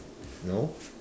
no